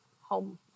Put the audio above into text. home